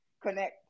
connect